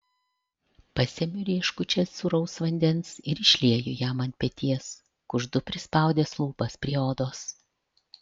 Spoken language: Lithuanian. pasemiu rieškučias sūraus vandens ir išlieju jam ant peties kuždu prispaudęs lūpas prie odos